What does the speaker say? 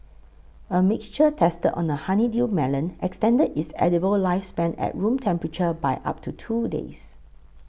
a mixture tested on a honeydew melon extended its edible lifespan at room temperature by up to two days